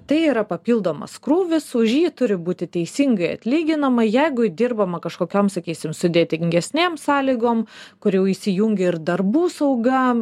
tai yra papildomas krūvis už jį turi būti teisingai atlyginama jeigu dirbama kažkokiom sakysim sudėtingesnėm sąlygom kur jau įsijungia ir darbų sauga